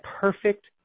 perfect